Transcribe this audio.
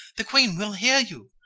the queen will hear you!